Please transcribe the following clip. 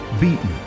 beaten